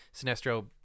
Sinestro